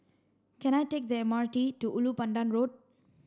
can I take the M R T to Ulu Pandan Road